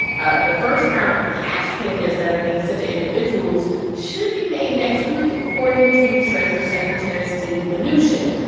ah the first round of cash payments that are being sent to individuals should be made next week, according to treasury secretary steve mnuchin.